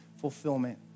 fulfillment